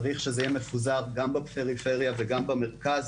צריך שזה יהיה מפוזר גם בפריפריה וגם במרכז.